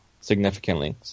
significantly